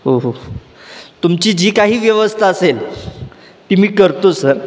हो हो तुमची जी काही व्यवस्था असेल ती मी करतो सर